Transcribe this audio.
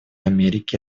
америки